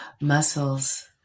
muscles